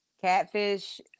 Catfish